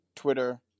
Twitter